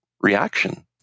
reaction